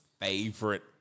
favorite